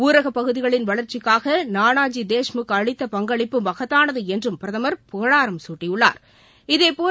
ஊரகப்பகுதிகளின் வளர்ச்சிக்காக நானாஜி தேஷ்முக் அளித்த பங்களிப்பு மகத்தானது என்றும் பிரதமர் புகழாரம் சூட்டியுள்ளார் இதேபோல்